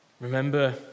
remember